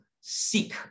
seek